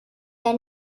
der